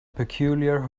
peculiar